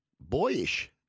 Boyish